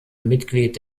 mitglied